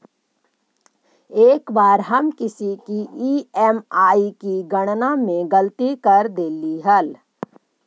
एक बार हम किसी की ई.एम.आई की गणना में गलती कर देली हल